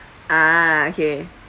ah okay